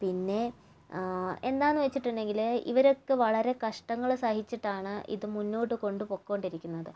പിന്നെ എന്താന്ന് വെച്ചിട്ടുണ്ടെങ്കില് ഇവരൊക്കെ വളരെ കഷ്ടങ്ങള് സഹിച്ചിട്ടാണ് ഇത് മുന്നോട്ട് കൊണ്ടുപോയിക്കൊണ്ടിരിക്കുന്നത്